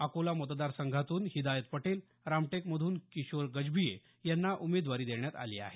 अकोला मतदार संघातून हिदायत पटेल रामटेकमधून किशोर गजभिये यांना उमेदवारी देण्यात आली आहे